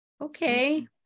okay